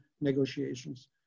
negotiations